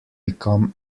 become